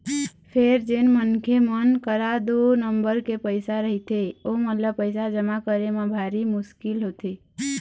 फेर जेन मनखे मन करा दू नंबर के पइसा रहिथे ओमन ल पइसा जमा करे म भारी मुसकिल होथे